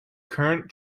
current